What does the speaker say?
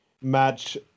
match